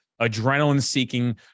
adrenaline-seeking